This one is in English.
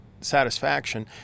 satisfaction